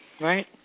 right